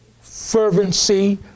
fervency